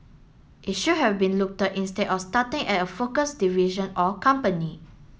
it should have been instead of starting at a focused division or company